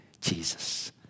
Jesus